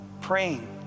praying